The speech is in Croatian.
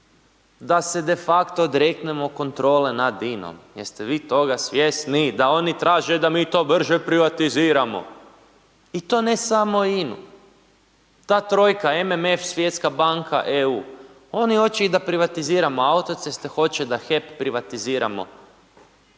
da se de facto odreknemo kontrole nad INOM? Jeste vi toga svjesni da oni traže da mi to brže privatiziramo? I to ne samo INA-u. Ta trojka, MMF, Svjetska banka, EU. Oni hoće i da privatiziramo autoceste, hoće da HEP privatiziramo.